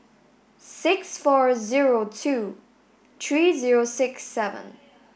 six four zero two three zero six seven